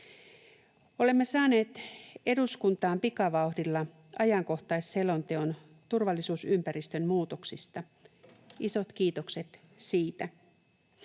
Olemme saaneet eduskuntaan pikavauhdilla ajankohtaisselonteon turvallisuusympäristön muutoksista, isot kiitokset siitä.